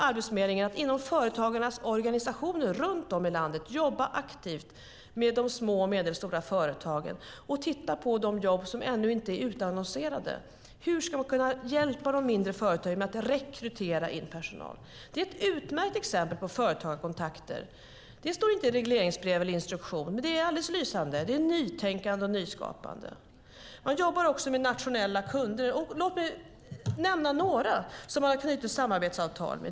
Arbetsförmedlingen kommer inom Företagarnas organisationer runt om i landet att jobba aktivt med de små och medelstora företagen och titta på de jobb som ännu inte är utannonserade. Hur ska man kunna hjälpa de mindre företagen att rekrytera personal? Det är ett utmärkt exempel på företagarkontakter. Det står inte i regleringsbrev eller instruktion, men det är alldeles lysande. Det är nytänkande och nyskapande. Man jobbar också med nationella kunder. Låt mig nämna några som man har knutit samarbetsavtal med.